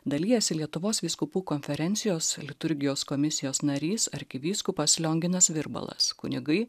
dalijasi lietuvos vyskupų konferencijos liturgijos komisijos narys arkivyskupas lionginas virbalas kunigai